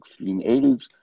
1680s